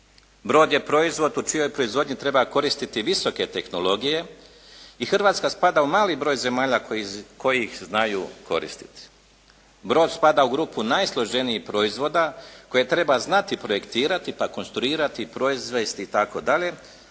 Brod je proizvod u čijoj proizvodnji treba koristiti visoke tehnologije i Hrvatska spada u mali broj zemalja koji ih znaju koristiti. Brod spada u grupu najsloženijih proizvoda koje treba znati projektirati pa konstruirati, proizvesti itd.,